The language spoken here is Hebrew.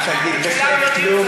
אל תגיד בכאב כלום.